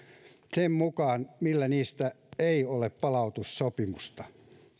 sen mukaan millä niistä ei ole palautussopimusta